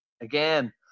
again